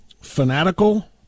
fanatical